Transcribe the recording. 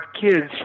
kids